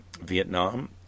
Vietnam